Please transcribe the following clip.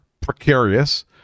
precarious